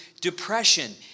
depression